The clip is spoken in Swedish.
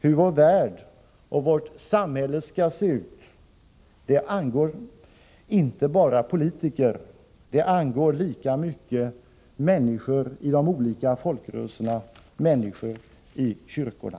Hur vår värld och vårt samhälle skall se ut angår inte bara politiker, utan lika mycket människor i de olika folkrörelserna, människor i kyrkorna.